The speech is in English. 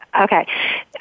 Okay